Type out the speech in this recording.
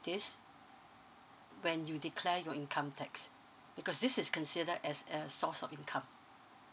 this when you declare your income tax because this is consider as a source of income